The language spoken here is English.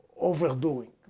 overdoing